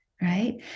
right